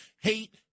hate